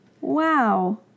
Wow